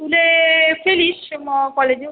তুলে ফেলিস কলেজে